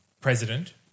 President